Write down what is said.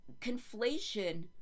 conflation